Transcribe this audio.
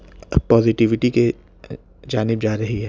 اب پازیٹیوٹی کی جانب جا رہی ہے